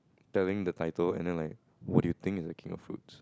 telling the title and then like what do you think is the king of fruits